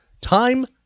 Time